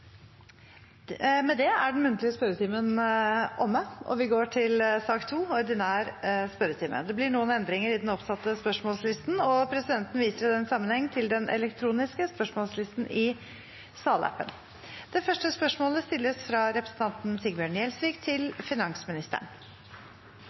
Den muntlige spørretimen er omme. Det blir noen endringer i den oppsatte spørsmålslisten, og presidenten viser i den sammenheng til den elektroniske spørsmålslisten i salappen. Endringene var som følger: Spørsmål 5, fra representanten Lars Haltbrekken til distrikts- og digitaliseringsministeren, utsettes til neste spørretime, da statsråden er bortreist. Spørsmål 8, fra representanten Nina Sandberg til